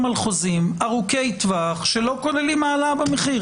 חוזים ארוכי טווח שלא כוללים העלאה במחיר?